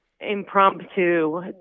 impromptu